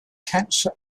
cancer